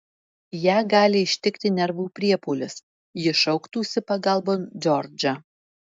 ją gali ištikti nervų priepuolis ji šauktųsi pagalbon džordžą